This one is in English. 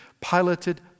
piloted